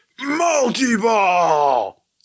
multi-ball